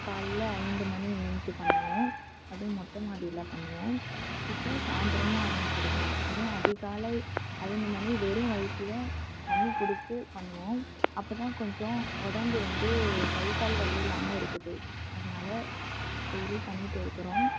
காலைல ஐந்து மணி எழுந்ச்சி பண்ணுவோம் அதுவும் மொட்டமாடியில பண்ணுவோம் இப்போ சாயந்தரமும் ஆரம்பிச்சிருக்கோம் அதுவும் அதிகாலை ஐந்து மணி வெறும் வயித்தில் தண்ணி குடிச்சிட்டு பண்ணுவோம் அப்போ தான் கொஞ்சம் உடம்பு வந்து கை கால் வலி இல்லாமல் இருக்குது அதனால் டெய்லி பண்ணிட்டு இருக்கிறோம்